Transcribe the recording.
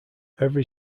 every